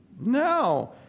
No